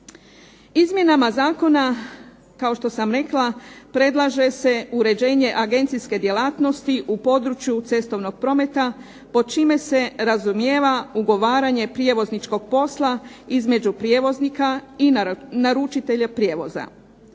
Izmjenama zakona kao što sam rekla predlaže se uređenje agencijske djelatnosti u području cestovnog prometa pod čime se razumijeva ugovaranje prijevozničkog posla između prijevoznika i naručitelja prijevoza.